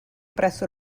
presso